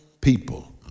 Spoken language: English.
people